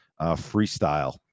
freestyle